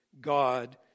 God